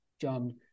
John